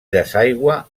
desaigua